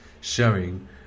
showing